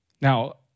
Now